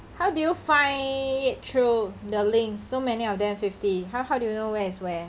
how do you find it through the links so many of them fifty how how do you know where is where